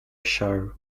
show